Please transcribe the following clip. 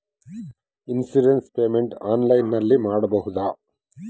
Insurance payment ಆನ್ಲೈನಿನಲ್ಲಿ ಮಾಡಬಹುದಾ?